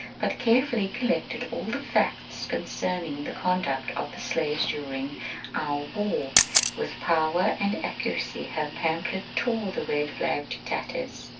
but carefully collected all the facts concerning the conduct of the slaves during our war with power and accuracy her pamphlet tore the red flag to tatters.